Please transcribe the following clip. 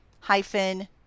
hyphen